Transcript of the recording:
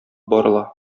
барыла